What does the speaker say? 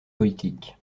politique